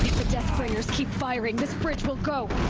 deathbringers keep firing, this bridge will go!